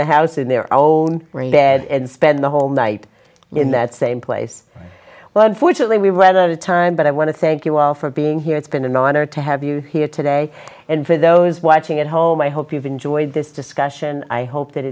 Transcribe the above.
the house in their own bed and spend the whole night in that same place well unfortunately we went out of time but i want to thank you all for being here it's been an honor to have you here today and for those watching at home i hope you've enjoyed this discussion i hope that